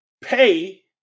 pay